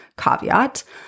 caveat